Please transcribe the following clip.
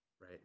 Right